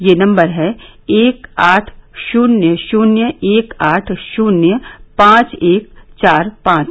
यह नम्वर है एक आठ शुन्य शुन्य एक आठ शुन्य पांच एक चार पांच